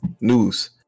News